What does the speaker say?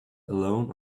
alone